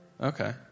Okay